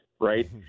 right